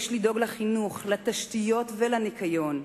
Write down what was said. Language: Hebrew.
יש לדאוג לחינוך, לתשתיות ולניקיון.